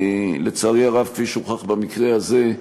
לצערי הרב, כפי שהוכח במקרה הזה,